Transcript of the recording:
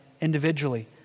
individually